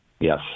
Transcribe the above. Yes